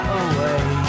away